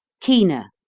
keener,